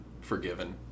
forgiven